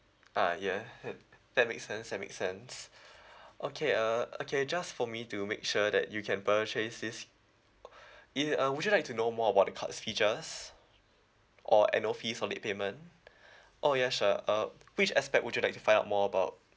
ah ya that makes sense that makes sense okay uh okay just for me to make sure that you can purchase this is uh would you like to know more about the cards' features or annual fees or late payment oh ya sure uh which aspect would you like to find out more about